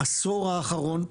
בעשור האחרון,